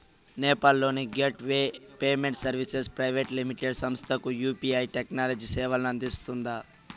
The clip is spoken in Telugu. నేపాల్ లోని gateway payment services private limited సంస్థకు యు.పి.ఐ టెక్నాలజీ సేవలను అందిస్తుందా?